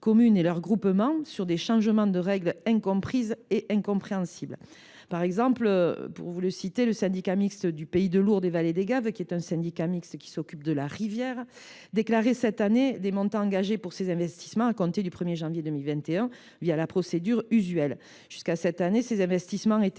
communes et leurs groupements sur des changements de règles incomprises et incompréhensibles. Par exemple, le syndicat mixte du Pays de Lourdes et des Vallées des Gaves, qui s’occupe de la rivière, déclarait cette année les montants engagés pour ses investissements à compter du 1 janvier 2021 la procédure usuelle. Jusqu’à cette année, ces investissements étaient